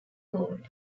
gold